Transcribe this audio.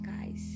guys